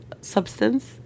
substance